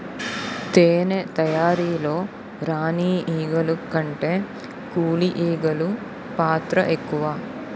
తేనె తయారీలో రాణి ఈగల కంటే కూలి ఈగలు పాత్ర ఎక్కువ